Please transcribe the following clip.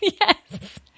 Yes